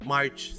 March